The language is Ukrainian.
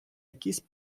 якісь